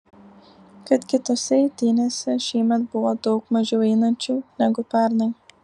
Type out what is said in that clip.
kad kitose eitynėse šiemet buvo daug mažiau einančių negu pernai